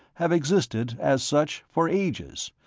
have existed, as such, for ages,